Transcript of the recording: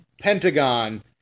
Pentagon